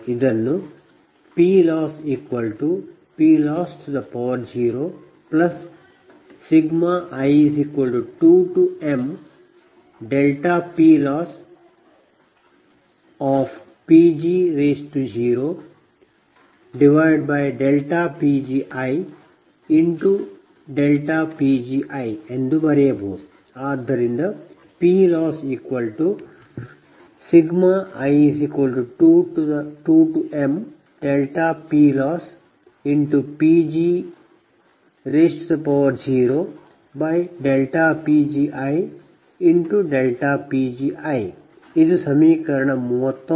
ಇದನ್ನು PLossPLoss0i2mPLossPg0PgiPgi ಎಂದು ಬರೆಯಬಹುದು ಆದ್ದರಿಂದ PLoss i2mPLossPg0PgiPgi ಇದು ಸಮೀಕರಣ 39